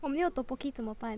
我没有 tteokbokki 怎么办